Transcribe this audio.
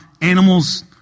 animals